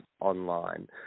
online